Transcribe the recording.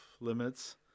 limits